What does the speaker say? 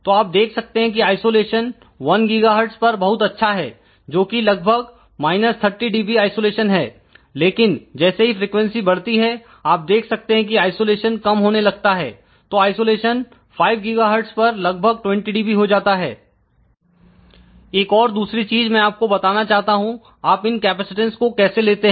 तो आप देख सकते हैं कि आइसोलेशन 1 GHz पर बहुत अच्छा है जो कि लगभग 30dB आइसोलेशन है लेकिन जैसे ही फ्रीक्वेंसी बढ़ती है आप देख सकते हैं कि आइसोलेशन कम होने लगता है तो आइसोलेशन 5 GHz पर लगभग 20dB हो जाता है एक और दूसरी चीज मैं आपको बताना चाहता हूं आप इन कैपेसिटेंस को कैसे लेते हैं